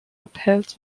upheld